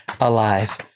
alive